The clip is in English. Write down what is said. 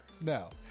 no